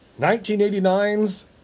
1989's